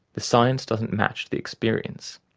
the science doesn't match the experience.